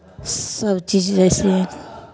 सभचीज जइसे